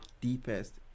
deepest